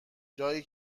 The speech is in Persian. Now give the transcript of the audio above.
جایی